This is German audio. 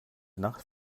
nacht